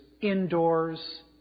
indoors